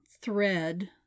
thread